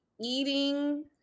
eating